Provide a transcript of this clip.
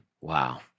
Wow